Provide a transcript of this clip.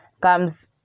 comes